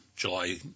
July